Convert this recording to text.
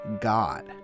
god